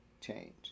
change